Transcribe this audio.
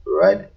right